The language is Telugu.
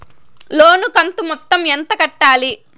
లోను కంతు మొత్తం ఎంత కట్టాలి?